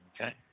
Okay